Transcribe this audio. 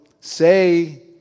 say